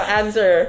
answer